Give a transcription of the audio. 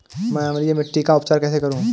मैं अम्लीय मिट्टी का उपचार कैसे करूं?